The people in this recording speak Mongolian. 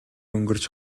өнгөрч